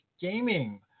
Gaming